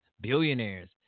Billionaires